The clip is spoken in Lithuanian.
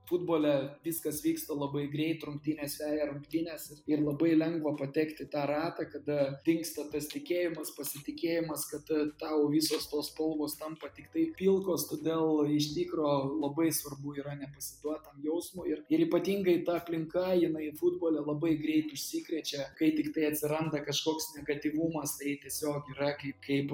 futbole viskas vyksta labai greit rungtynėse ir rungtynės ir labai lengva patekt į tą ratą kada dingsta tas tikėjimas pasitikėjimas kad tau visos tos spalvos tampa tiktai pilkos todėl iš tikro labai svarbu yra nepasiduot tam jausmui ir ir ypatingai ta aplinka jinai futbole labai greit užsikrečia kai tiktai atsiranda kažkoks negatyvumas tai tiesiog yra kaip kaip